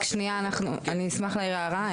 אני מייעוץ וחקיקה, ואני אשמח להעיר הערה.